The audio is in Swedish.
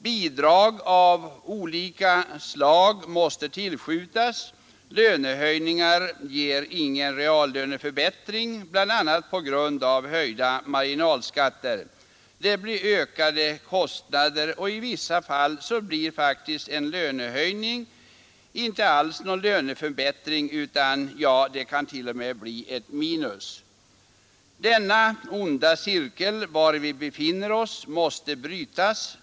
Bidrag av olika slag måste tillskjutas. Lönehöjningar ger ingen reallöneförbättring, bl.a. på grund av höjda marginalskatter. Det blir ökade kostnader, och i vissa fall innebär en löneförhöjning inte alls någon löneförbättring, utan det kan till och med bli ett minus. Denna onda cirkel vari vi befinner oss måste brytas.